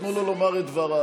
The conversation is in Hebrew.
נתנו לו לומר את דבריו.